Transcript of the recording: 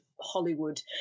hollywood